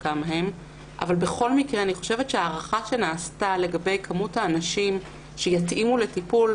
בכל מקרה ההערכה שנעשתה לגבי כמות האנשים שיתאימו לטיפול,